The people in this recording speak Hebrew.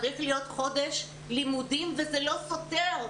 צריך להיות חודש לימודים וזה לא סותר.